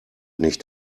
nicht